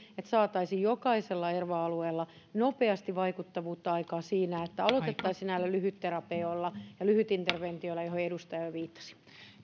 että saataisiin jokaisella erva alueella nopeasti vaikuttavuutta aikaan siinä että aloitettaisiin näillä lyhytterapioilla ja lyhytinterventioilla joihin edustaja jo viittasi